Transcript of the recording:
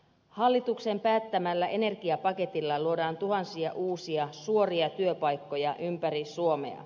hallituksen päättämällä energiapaketilla luodaan tuhansia uusia suoria työpaikkoja ympäri suomea